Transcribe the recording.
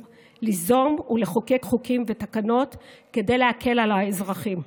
ליזום ולחוקק חוקים ותקנות כדי להקל על האזרחים.